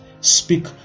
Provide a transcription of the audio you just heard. speak